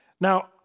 Now